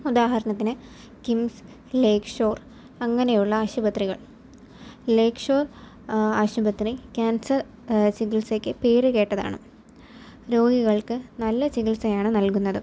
ഉദാഹരണത്തിന് KIMS Lake Shore അങ്ങനെയുള്ള ആശുപത്രികൾ ലേയ്ക് ഷോർ ആശുപത്രി ക്യാൻസർ ചികിത്സക്ക് പേരു കേട്ടതാണ് രോഗികൾക്ക് നല്ല ചികിത്സയാണ് നൽകുന്നത്